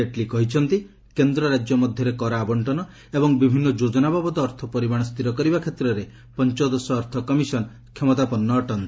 ଜେଟଲୀ କହିଛନ୍ତି କେନ୍ଦ୍ର ରାଜ୍ୟ ମଧ୍ୟରେ କର ଆବଶ୍ଚନ ଏବଂ ବିଭିନ୍ନ ଯୋଜନା ବାବଦ ଅର୍ଥ ପରିମାଣ ସ୍ଥିର କରିବା କ୍ଷେତ୍ରରେ ପଞ୍ଚଦଶ ଅର୍ଥ କମିଶନ କ୍ଷମତାପନ୍ନ ଅଟନ୍ତି